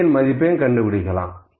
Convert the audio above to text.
median மதிப்பையும் கண்டுபிடிக்கலாம்